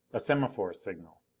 a semaphore signal.